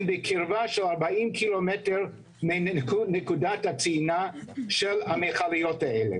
בקרבה של 40 ק"מ מנקודת הטעינה של המכליות האלה.